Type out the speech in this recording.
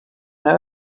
know